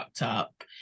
up